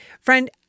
Friend